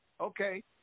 okay